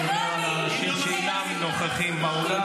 אני עובר על האנשים שאינם נוכחים באולם.